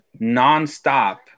nonstop